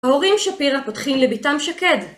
ההורים שפירה פותחים לביתם שקד